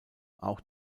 auch